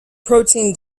protein